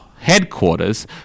headquarters